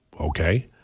okay